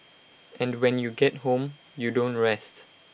and when you get home you don't rest